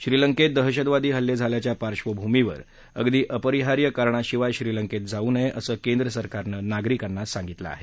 श्रीलंकेत दहशतवादी हल्ले झाल्याच्या पार्श्वभूमीवर अगदी अपरिहार्य कारणाशिवाय श्रीलंकेत जाऊ नये असं केंद्र सरकारनं नागरिकांना सांगितलं आहे